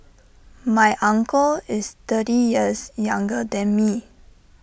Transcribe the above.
my uncle is thirty years younger than me